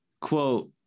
quote